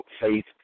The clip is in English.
faith